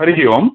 हरिः ओम्